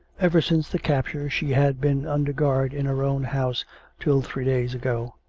ever since the capture she had been under guard in her own house till three days ago.